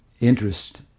interest